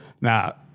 Now